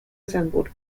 resembled